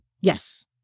Yes